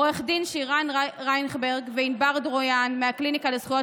לעו"ד שירן רייכנברג וענבר דרויאן מהקליניקה לזכויות